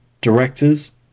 directors